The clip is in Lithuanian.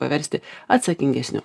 paversti atsakingesniu